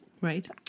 right